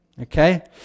Okay